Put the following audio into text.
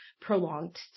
prolonged